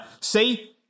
see